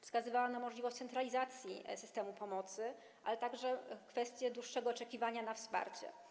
Wskazywała też na możliwość centralizacji systemu pomocy, ale także kwestię dłuższego oczekiwania na wsparcie.